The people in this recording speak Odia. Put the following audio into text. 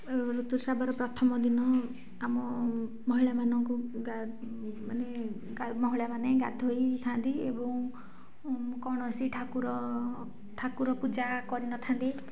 ଋତୁସ୍ରାବର ପ୍ରଥମଦିନ ଆମ ମହିଳାମାନଙ୍କୁ ଗା ମାନେ ମହିଳାମାନେ ଗାଧୋଇଥାନ୍ତି ଏବଂ କୌଣସି ଠାକୁର ଠାକୁର ପୂଜା କରିନଥାନ୍ତି